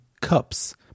cups